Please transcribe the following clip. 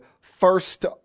first